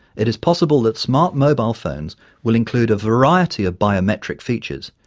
it is possible that smart mobile phones will include a variety of biometric features,